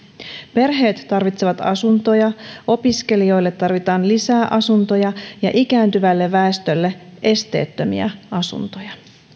perheet tarvitsevat asuntoja opiskelijoille tarvitaan lisää asuntoja ja ikääntyvälle väestölle esteettömiä asuntoja